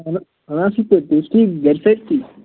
اَہَن اَہَن اَصٕل پٲٹھۍ تُہۍ ٲسوٕ ٹھیٖک گَرِ سٲری ٹھیٖک